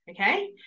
okay